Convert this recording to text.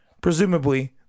Presumably